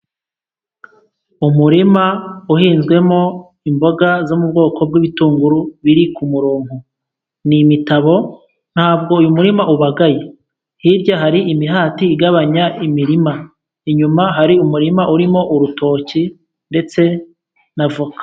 Umurima uhinzwemo imboga zo mu bwoko bw' ibitunguru, biri ku muronko ni imitabo ntabwo uy' umurima ubagaye, hirya hari imihati igabanya imirima, inyuma hari umurima urimo urutoki ndetse n' avoka.